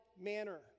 manner